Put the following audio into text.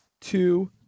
two